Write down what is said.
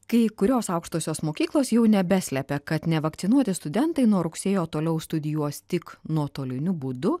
kai kurios aukštosios mokyklos jau nebeslepia kad nevakcinuoti studentai nuo rugsėjo toliau studijuos tik nuotoliniu būdu